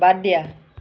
বাদ দিয়া